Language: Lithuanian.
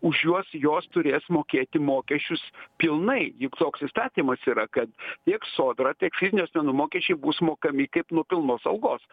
už juos jos turės mokėti mokesčius pilnai juk toks įstatymas yra kad tiek sodra tiek fizinių asmenų mokesčiai bus mokami kaip nuo pilnos algos